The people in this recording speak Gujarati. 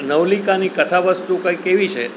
નવલિકાની કથા વસ્તુ કાંઇક એવી છે